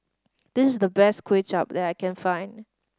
this the best Kuay Chap that I can find